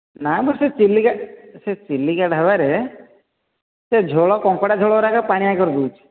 ନା ମ ସେ ଚିଲିକା ସେ ଚିଲିକା ଢାବାରେ ସେ ଝୋଳ କଙ୍କଡ଼ା ଝୋଳ ଗୁଡ଼ାକ ପଣିଆ କରିଦେଉଛି